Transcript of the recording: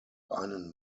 einen